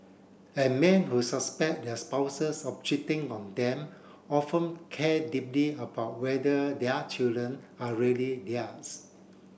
and men who suspect their spouses of cheating on them often care deeply about whether their children are really theirs